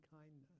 kindness